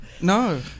No